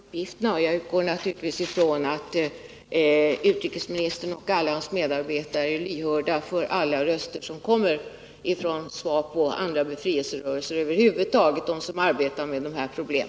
Herr talman! Jag tackar för dessa ytterligare uppgifter. Jag utgår från att utrikesministern och alla hans medarbetare är lyhörda för alla röster som kommer från SWAPO, andra befrielserörelser och över huvud taget från dem som arbetar med dessa problem.